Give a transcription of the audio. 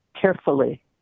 carefully